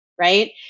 right